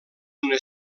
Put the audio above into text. una